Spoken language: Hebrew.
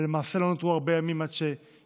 ולמעשה לא נותרו הרבה ימים עד שתיגמר